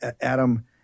Adam